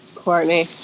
Courtney